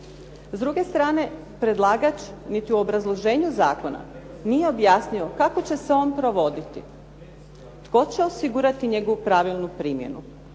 S druge strane, predlagač niti u obrazloženju zakona nije objasnio kako će se on provoditi, tko će osigurati njegovu pravilnu primjenu